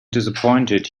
disappointed